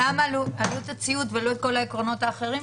למה עלות הציות ולא כל העקרונות האחרים?